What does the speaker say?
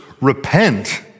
Repent